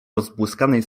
rozbłyskanej